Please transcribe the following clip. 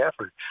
effort